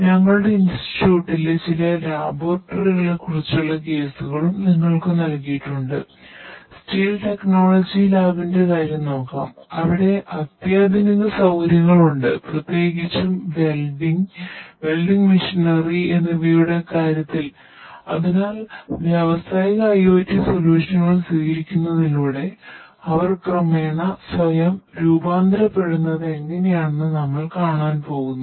ഞങ്ങളുടെ ഇൻസ്റ്റിറ്റ്യൂട്ടിലെ എന്നിവയുടെ കാര്യത്തിൽ അതിനാൽ വ്യാവസായിക IoT സൊല്യൂഷനുകൾ സ്വീകരിക്കുന്നതിലൂടെ അവർ ക്രമേണ സ്വയം രൂപാന്തരപ്പെടുന്നത് എങ്ങനെയാണെന്ന് നമ്മൾ കാണാൻ പോകുന്നു